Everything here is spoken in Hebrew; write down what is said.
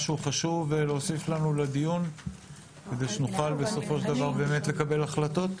משהו חשוב להוסיף לנו לדיון כדי שנוכל בסופו של דבר באמת לקבל החלטות?